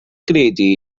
gredu